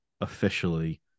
officially